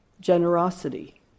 generosity